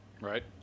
right